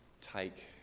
take